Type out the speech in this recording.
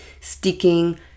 sticking